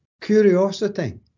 curiosity